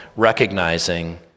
recognizing